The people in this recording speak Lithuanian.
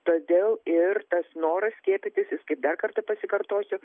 todėl ir tas noras skiepytis jis dar kartą pasikartosiu